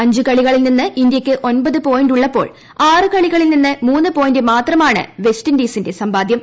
അഞ്ച് കളികളിൽ നിന്ന് ഇന്ത്യയ്ക്ക് ഒമ്പത് പോയിന്റുള്ളപ്പോൾ ആറ് കളികളിൽ നിന്ന് മൂന്ന് പോയിന്റ് മാത്രമാണ് വെസ്റ്റീന്റിസിന്റെ സമ്പാദ്യം